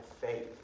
faith